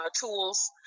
tools